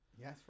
yes